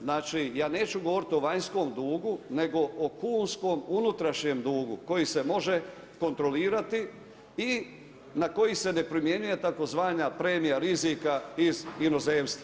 Znači ja neću govoriti o vanjskom dugu nego o kunskom, unutrašnjem dugu koji se može kontrolirati i na koji se ne primjenjuje tzv. premija rizika iz inozemstva.